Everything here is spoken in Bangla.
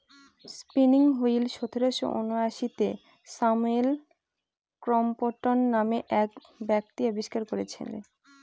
স্পিনিং হুইল সতেরোশো ঊনআশিতে স্যামুয়েল ক্রম্পটন নামে এক ব্যক্তি আবিষ্কার করেছিলেন